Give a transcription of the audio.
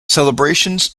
celebrations